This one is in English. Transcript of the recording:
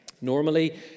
Normally